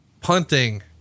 punting